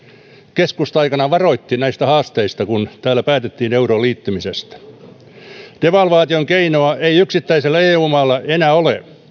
keskusta aikanaan varoitti näistä haasteista kun täällä päätettiin euroon liittymisestä devalvaation keinoa ei yksittäisellä eu maalla enää ole